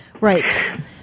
right